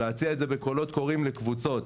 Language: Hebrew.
להציע את זה בקולות קוראים לקבוצות.